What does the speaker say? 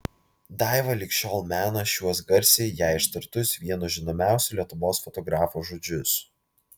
daiva lig šiol mena šiuos garsiai jai ištartus vieno žinomiausių lietuvos fotografų žodžius